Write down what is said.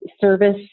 service